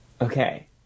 Okay